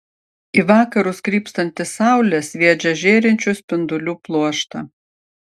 į vakarus krypstanti saulė sviedžia žėrinčių spindulių pluoštą